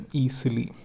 easily